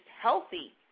healthy